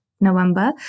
November